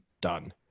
done